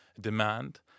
demand